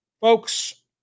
Folks